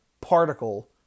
particle